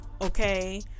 okay